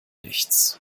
nichts